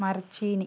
മരച്ചീനി